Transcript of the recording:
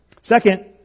second